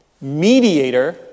mediator